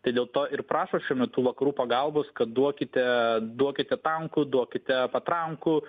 tai dėl to ir prašo šiuo metu vakarų pagalbos kad duokite duokite tankų duokite patrankų